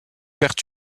perd